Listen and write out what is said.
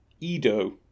Edo